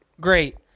great